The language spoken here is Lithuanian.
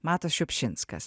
matas šiupšinskas